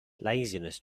laziness